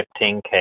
15K